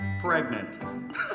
Pregnant